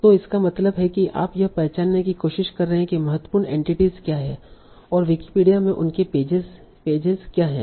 तो इसका मतलब है कि आप यह पहचानने की कोशिश कर रहे हैं कि महत्वपूर्ण एंटिटीस क्या हैं और विकिपीडिया में उनके पेजेज क्या हैं